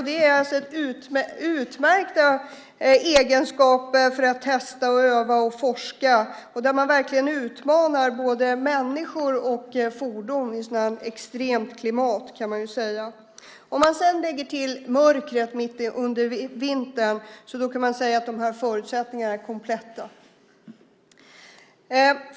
Det är utmärkta egenskaper för att testa, öva och forska. Man utmanar verkligen både människor och fordon i ett sådant extremt klimat. Om man lägger till mörkret under vintern kan man säga att förutsättningarna är kompletta.